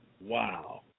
Wow